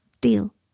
Deal